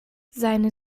seine